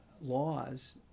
laws